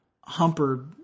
Humper